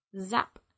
Zap